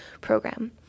program